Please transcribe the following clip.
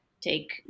take